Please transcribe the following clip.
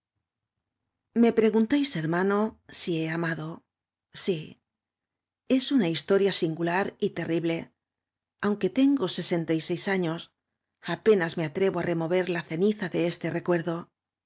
me preguntáis hermano si he ainado sf es una historia singular y terrible y aunque tengo sesenta y seis años apenas me atrevo á remover la ceniza de este recnerdo